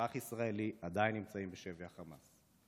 ואזרח ישראלי עדיין נמצאים בשבי החמאס.